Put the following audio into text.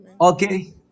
Okay